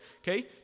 okay